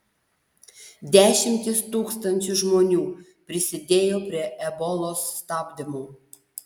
dešimtys tūkstančių žmonių prisidėjo prie ebolos stabdymo